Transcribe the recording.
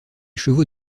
chevaux